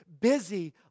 busy